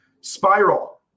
Spiral